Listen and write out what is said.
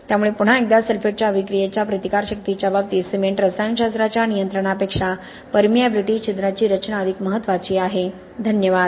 त्यामुळे पुन्हा एकदा सल्फेटच्या अभिक्रियाच्या प्रतिकारशक्तीच्या बाबतीत सिमेंट रसायनशास्त्राच्या नियंत्रणापेक्षा परमिएबिलिटी छिद्रांची रचना अधिक महत्त्वाची आहे धन्यवाद